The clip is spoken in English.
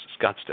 Scottsdale